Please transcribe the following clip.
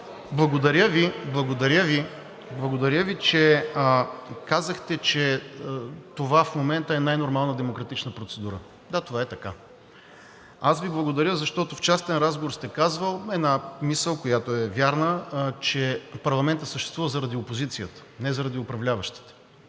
Благодаря Ви, че казахте, че това в момента е най-нормална демократична процедура. Да, това е така. Аз Ви благодаря, защото в частен разговор сте казвал една мисъл, която е вярна, че парламентът съществува заради опозицията, не заради управляващите